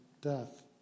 death